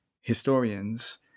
historians